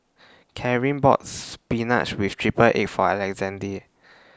Carin bought Spinach with Triple Egg For Alexande